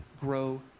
grow